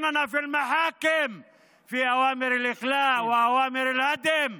אותנו בבתי המשפט עם צווי פינוי וצווי הריסה.